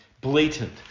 blatant